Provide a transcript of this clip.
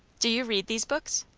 do you read these books?